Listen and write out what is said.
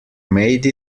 made